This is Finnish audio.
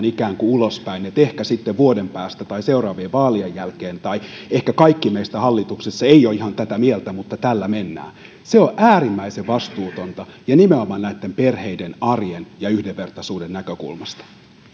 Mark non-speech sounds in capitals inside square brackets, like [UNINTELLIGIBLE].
[UNINTELLIGIBLE] ikään kuin vinkkaamme ulospäin että ehkä sitten vuoden päästä tai seuraavien vaalien jälkeen tai ehkä kaikki meistä hallituksessa eivät ole ihan tätä mieltä mutta tällä mennään se on äärimmäisen vastuutonta nimenomaan näitten perheiden arjen ja yhdenvertaisuuden näkökulmasta